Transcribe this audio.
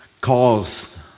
calls